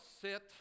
sit